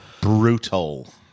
Brutal